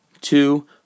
two